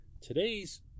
today's